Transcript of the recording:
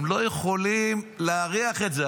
הם לא יכולים להריח את זה.